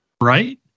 Right